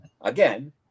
again